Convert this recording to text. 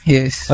Yes